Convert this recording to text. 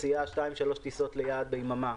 מציעה בין שתיים לשלוש טיסות ליעד ביממה,